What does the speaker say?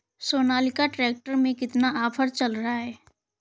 Sonalika tractor में कितना offer चल रहा है?